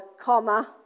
comma